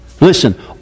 Listen